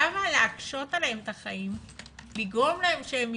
למה להקשות עליהם את החיים, לגרום להם שהם יסגרו,